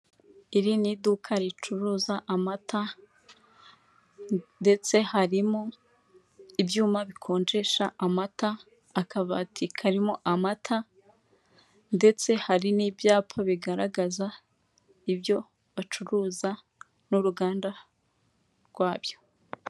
Iri ni iduka ricuruza amata ndetse harimo ibyuma bikonjesha amata, akabati karimo amata, ndetse hari n'ibyapa bigaragaza ibyo bacuruza n'uruganda rwabyo.